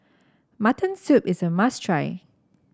Mutton Soup is a must try